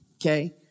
okay